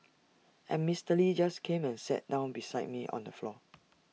and Mister lee just came and sat down beside me on the floor